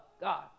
God